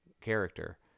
character